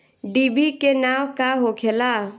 डिभी के नाव का होखेला?